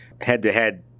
head-to-head